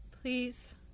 Please